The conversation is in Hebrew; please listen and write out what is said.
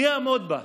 מי יעמוד בראשה?